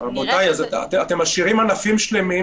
והיא מאוד מהלכת אימים,